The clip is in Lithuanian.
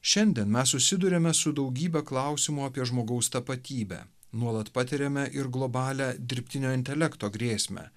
šiandien mes susiduriame su daugybe klausimų apie žmogaus tapatybę nuolat patiriame ir globalią dirbtinio intelekto grėsmę